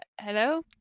Hello